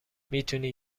میتونی